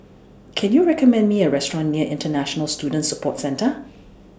Can YOU recommend Me A Restaurant near International Student Support Centre